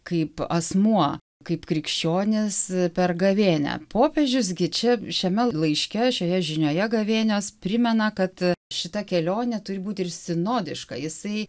kaip asmuo kaip krikščionis per gavėnią popiežius gi čia šiame laiške šioje žinioje gavėnios primena kad šita kelionė turi būt ir sinodiška jisai